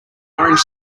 orange